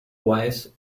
wives